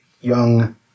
young